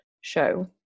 show